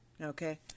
Okay